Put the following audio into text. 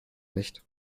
nicht